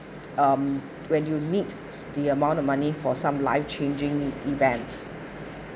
um when you need the amount of money for some life changing events